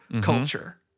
Culture